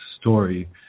story